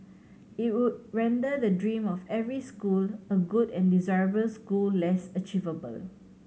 it would render the dream of every school a good and desirable school less achievable